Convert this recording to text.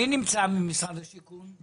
מי נמצא ממשרד השיכון?